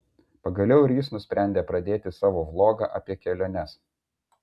pagaliau ir jis nusprendė pradėti savo vlogą apie keliones